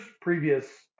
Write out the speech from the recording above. previous